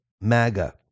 MAGA